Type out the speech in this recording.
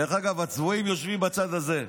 דרך אגב, הצבועים יושבים בצד הזה.